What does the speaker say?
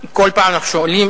כל פעם שומעים,